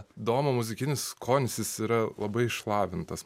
domo muzikinis skonis jis yra labai išlavintas